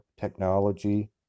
technology